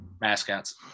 mascots